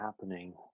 happening